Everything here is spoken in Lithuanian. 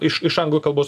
iš iš anglų kalbos